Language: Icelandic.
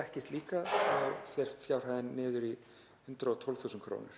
dekkist líka fer fjárhæðin niður í 112.000 kr.